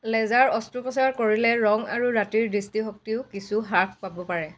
laser অস্ত্ৰোপচাৰ কৰিলে ৰং আৰু ৰাতিৰ দৃষ্টিশক্তিও কিছু হ্ৰাস পাব পাৰে